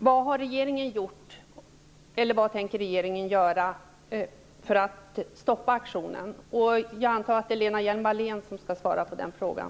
Vad har regeringen gjort eller vad tänker regeringen göra för att stoppa aktionen?